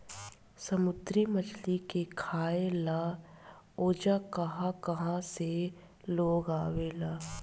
समुंद्री मछली के खाए ला ओजा कहा कहा से लोग आवेला